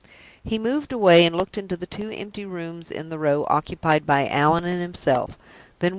he moved away, and looked into the two empty rooms in the row occupied by allan and himself,